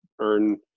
earn